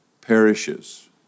perishes